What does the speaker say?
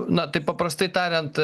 na taip paprastai tariant